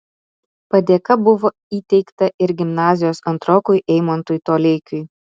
padėka buvo įteikta ir gimnazijos antrokui eimantui toleikiui